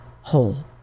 whole